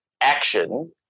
action